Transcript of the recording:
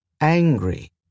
angry